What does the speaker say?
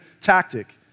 tactic